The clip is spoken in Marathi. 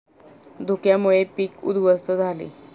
धुक्यामुळे पीक उध्वस्त झाले